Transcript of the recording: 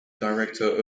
director